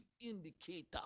indicator